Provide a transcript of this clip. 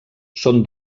són